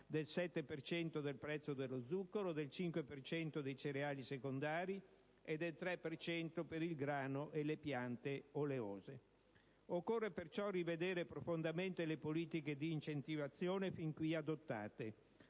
del 5 per cento del prezzo dei cereali secondari e del 3 per cento per il grano e le piante oleose. Occorre perciò rivedere profondamente le politiche di incentivazione fin qui adottate;